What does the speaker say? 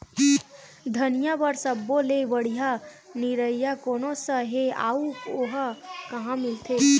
धनिया बर सब्बो ले बढ़िया निरैया कोन सा हे आऊ ओहा कहां मिलथे?